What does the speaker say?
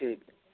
ठीक है